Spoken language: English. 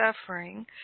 suffering